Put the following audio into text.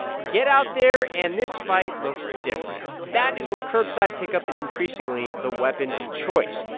get out there, and this fight looks different. that is where curbside pickup is increasingly the weapon of choice.